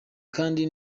kandi